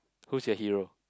who's your hero